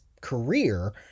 career